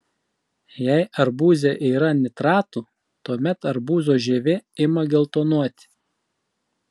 jei arbūze yra nitratų tuomet arbūzo žievė ima geltonuoti